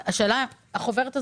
היא חוברת רשמית,